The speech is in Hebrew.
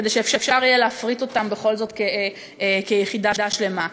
כדי שיהיה אפשר להפריט אותם בכל זאת כיחידה שלמה.